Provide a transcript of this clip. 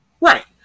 Right